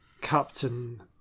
Captain